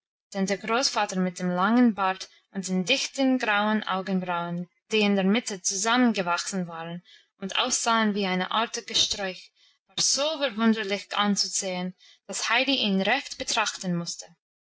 der großvater mit dem langen bart und den dichten grauen augenbrauen die in der mitte zusammengewachsen waren und aussahen wie eine art gesträuch war so verwunderlich anzusehen dass heidi ihn recht betrachten musste